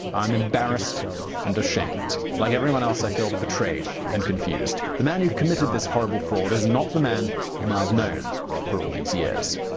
um embarrassed and ashamed. like everyone else, i feel betrayed and confused. the man who committed this horrible fraud is not the man whom i have known for all these years.